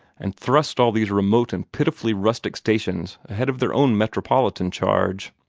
and thrust all these remote and pitifully rustic stations ahead of their own metropolitan charge.